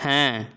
হ্যাঁ